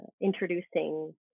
introducing